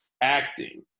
acting